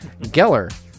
geller